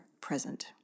present